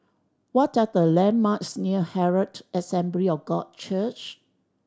what are the landmarks near Herald Assembly of God Church